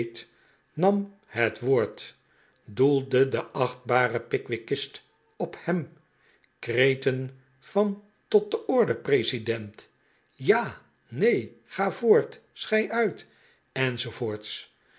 nam het woord doelde de achtbare pickwickist op hem kreten van tot de orde president ja neen ga voort schei uit